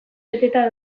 beteta